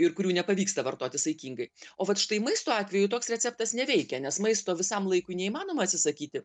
ir kurių nepavyksta vartoti saikingai o vat štai maisto atveju toks receptas neveikia nes maisto visam laikui neįmanoma atsisakyti